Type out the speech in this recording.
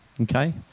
Okay